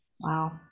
Wow